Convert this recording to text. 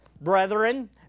brethren